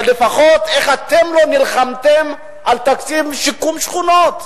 אבל לפחות איך אתם לא נלחמתם על תקציב שיקום שכונות?